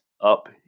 up